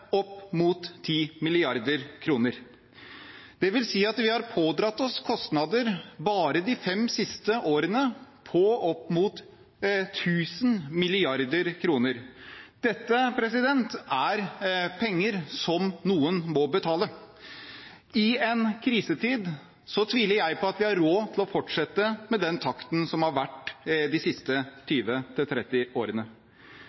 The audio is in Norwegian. opp mot 10 mrd. kr. Det vil si at vi bare de fem siste årene har pådratt oss kostnader på opp mot 1 000 mrd. kr. Dette er penger som noen må betale. I en krisetid tviler jeg på at vi har råd til å fortsette med den takten som har vært de siste